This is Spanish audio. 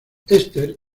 esther